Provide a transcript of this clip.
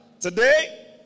Today